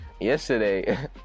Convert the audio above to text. Yesterday